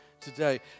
today